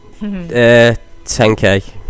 10k